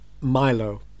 Milo